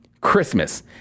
Christmas